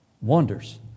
Wonders